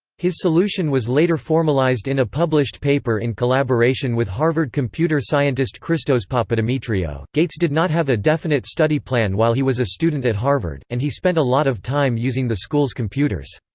his solution was later formalized in a published paper in collaboration with harvard computer scientist christos papadimitriou gates did not have a definite study plan while he was a student at harvard, and he spent a lot of time using the school's computers.